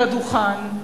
על הדוכן,